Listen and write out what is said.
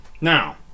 now